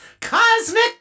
Cosmic